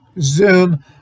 Zoom